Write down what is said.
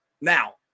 Now